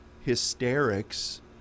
hysterics